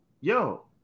yo